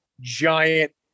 giant